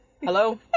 Hello